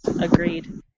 Agreed